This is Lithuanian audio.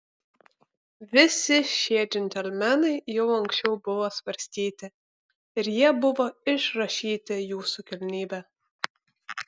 visi šie džentelmenai jau anksčiau buvo svarstyti ir jie buvo išrašyti jūsų kilnybe